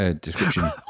description